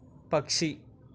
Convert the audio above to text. పక్షి